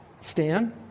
Stan